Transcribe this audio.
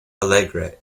alegre